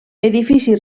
edifici